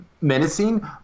menacing